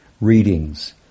readings